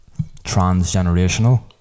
transgenerational